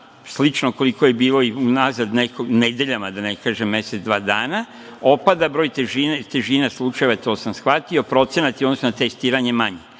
slično koliko je bilo i unazad nekoliko nedelja, da ne kažem mesec, dva dana. Opada broj i težina slučajeva, to sam shvatio. Procenat je u odnosu na testirane manji.